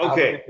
Okay